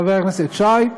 חבר הכנסת שי,